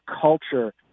culture